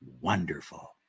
wonderful